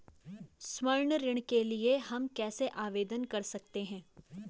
स्वर्ण ऋण के लिए हम कैसे आवेदन कर सकते हैं?